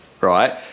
right